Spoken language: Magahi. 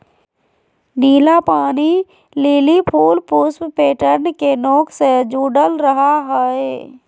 नीला पानी लिली फूल पुष्प पैटर्न के नोक से जुडल रहा हइ